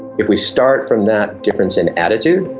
if we start from that difference in attitude,